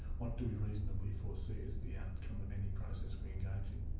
what do we reasonably foresee is the outcome of any process we engage in?